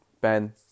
Ben